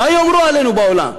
מה יאמרו עלינו בעולם?